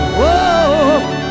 whoa